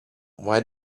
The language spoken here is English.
why